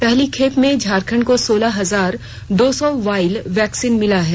पहली खेप में झारखंड को सोलह हजार दो सौ वाइल वैक्सीन मिली है